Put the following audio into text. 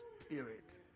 Spirit